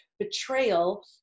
Betrayal